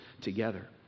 together